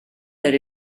that